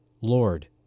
Lord